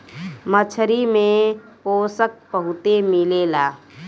मछरी में पोषक बहुते मिलेला